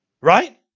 Right